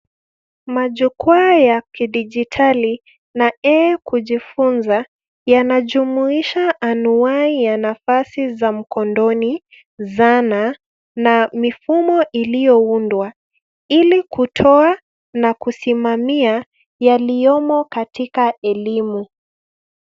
Majukwaa ya kidijitali na ee kujifunza yanajumuisha anuwai ya nafasi za mkondoni, zana na mifumo iliyoundwa ili kutoa na kusimamia yaliyomo katika elimu.